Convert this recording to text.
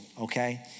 Okay